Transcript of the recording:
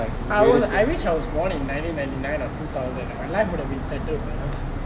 I wish I was born in ninety nine nine or two thousand my life would have been settled by now